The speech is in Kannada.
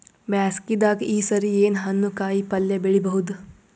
ಬ್ಯಾಸಗಿ ದಾಗ ಈ ಸರಿ ಏನ್ ಹಣ್ಣು, ಕಾಯಿ ಪಲ್ಯ ಬೆಳಿ ಬಹುದ?